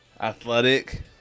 athletic